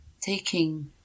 taking